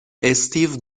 استیو